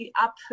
up